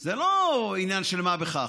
זה לא עניין של מה בכך.